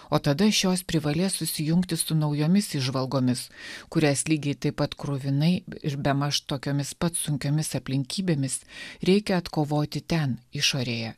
o tada šios privalės susijungti su naujomis įžvalgomis kurias lygiai taip pat kruvinai ir bemaž tokiomis pat sunkiomis aplinkybėmis reikia atkovoti ten išorėje